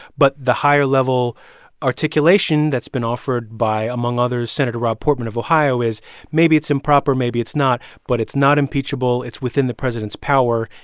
but the higher level articulation that's been offered by, among others, senator rob portman of ohio is maybe it's improper. maybe it's not, but it's not impeachable. it's within the president's power.